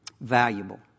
valuable